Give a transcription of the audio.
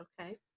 okay